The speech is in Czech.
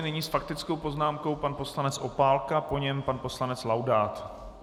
Nyní s faktickou poznámkou pan poslanec Opálka, po něm pan poslanec Laudát.